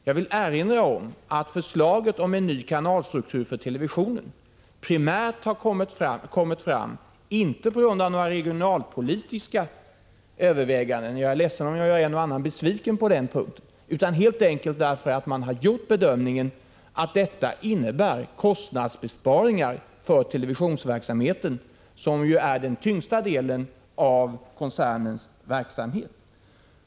Jag vill erinra om att förslaget om ny kanalstruktur för televisionen inte primärt har lagts fram på grund av regionalpolitiska överväganden — jag är ledsen om jag gör en och annan besviken på den punkten — utan helt enkelt därför att man har gjort bedömningen att detta innebär kostnadsbesparingar för televisionsverksamheten, som är den tyngsta delen av SR-koncernens verksamhet.